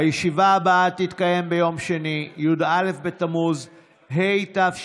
הישיבה הבאה תתקיים ביום שני, י"א בתמוז התשפ"א,